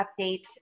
update